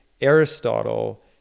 Aristotle